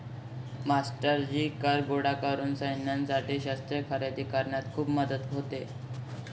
मास्टरजी कर गोळा करून सैन्यासाठी शस्त्रे खरेदी करण्यात खूप मदत होते